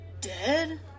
dead